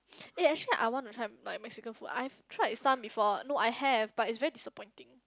eh actually I want to try my Mexican food I've tried some before no I have but it's very disappointing